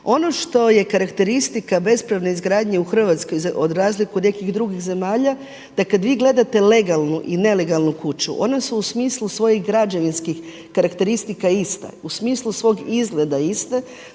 Ono što je karakteristika bespravne izgradnje u Hrvatskoj za razliku od nekih drugih zemalja da kada vi gledate legalnu i nelegalnu kuću one su u smislu svojih građevinskih karakteristika ista. U smislu svog izgleda iste.